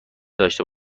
داشته